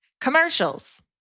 Commercials